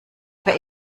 für